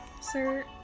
Sir